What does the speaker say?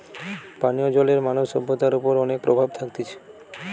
পানীয় জলের মানব সভ্যতার ওপর অনেক প্রভাব থাকতিছে